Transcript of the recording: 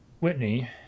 Whitney